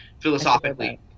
philosophically